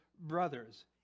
brothers